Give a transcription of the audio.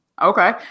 Okay